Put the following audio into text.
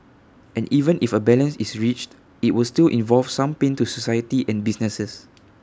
and even if A balance is reached IT will still involve some pain to society and businesses